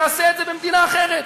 יעשה את זה במדינה אחרת.